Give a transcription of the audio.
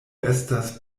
estas